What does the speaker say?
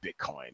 Bitcoin